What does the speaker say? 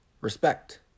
Respect